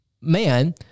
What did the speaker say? man